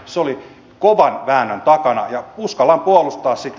se oli kovan väännön takana ja uskallan puolustaa sitä